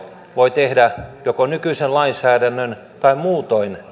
voi tehdä joko nykyisen lainsäädännön puitteissa tai muutoin